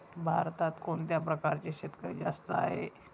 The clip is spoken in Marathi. भारतात कोणत्या प्रकारचे शेतकरी जास्त आहेत?